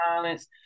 violence